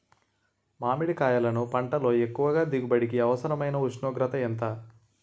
మామిడికాయలును పంటలో ఎక్కువ దిగుబడికి అవసరమైన ఉష్ణోగ్రత ఎంత?